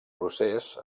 procés